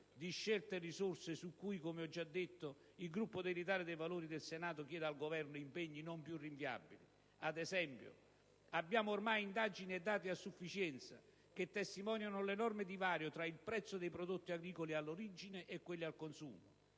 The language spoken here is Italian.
di scelte e risorse su cui, come ho già detto, il Gruppo dell'Italia dei Valori del Senato chiede al Governo impegni non più rinviabili. Ad esempio, abbiamo ormai indagini e dati sufficienti che testimoniano l'enorme divario tra il prezzo dei prodotti agricoli all'origine e quello al consumo.